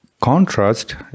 contrast